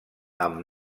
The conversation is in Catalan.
amb